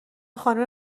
خانوم